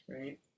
right